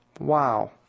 Wow